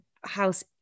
house